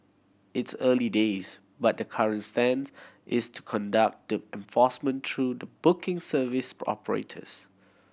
it's early days but the current stance is to conduct the enforcement through the booking service operators